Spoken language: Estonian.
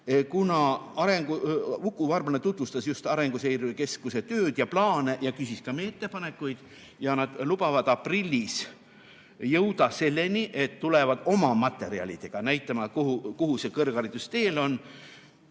kuna Uku Varblane tutvustas meile Arenguseire Keskuse tööd ja plaane ja küsis ka meie ettepanekuid. Nad lubavad aprillis jõuda selleni, et tulevad oma materjalidega näitama, kuhu meie kõrgharidus teel on.